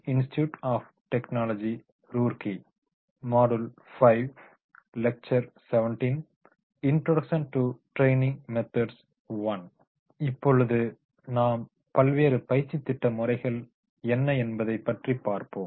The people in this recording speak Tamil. இப்பொழுது நாம் பல்வேறு பயிற்சி திட்ட முறைகள் என்ன என்பதை பற்றி பார்ப்போம்